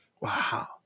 Wow